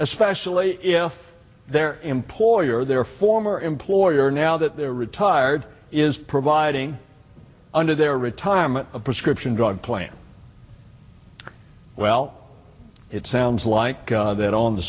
especially if their employer their former employer now that they're retired is providing under their retirement a prescription drug plan well it sounds like that on the